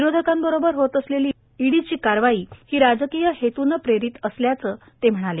विरोधकांबरोबर होत असलेली ईडीची कारवाई ही राजकीय हेतूलं प्रेरित असल्याचं ते म्हणाले